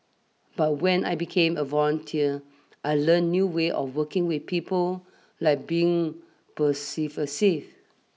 but when I became a volunteer I learnt new way of working with people like being persuasive